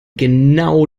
genau